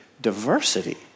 Diversity